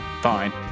Fine